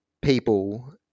people